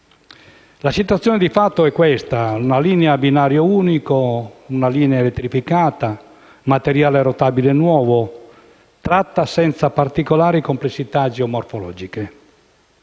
La situazione di fatto è questa: una linea a binario unico, una linea elettrificata, materiale rotabile nuovo, tratta senza particolari complessità geomorfologiche,